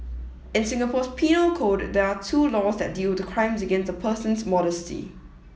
in Singapore's penal code there are two laws that deal with crimes against a person's modesty